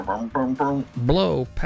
blow